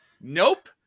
Nope